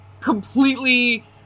completely